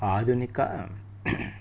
ఆధునిక